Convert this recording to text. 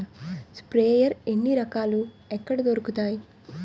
Sprayer ఎన్ని రకాలు? ఎక్కడ దొరుకుతాయి?